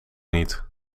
niet